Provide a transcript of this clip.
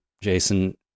Jason